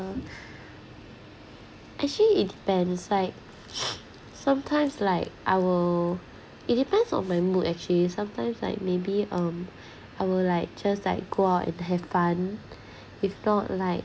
um actually it depends like sometimes like I will it depends on my mood actually sometimes like maybe um I will like just like go out and have fun if not like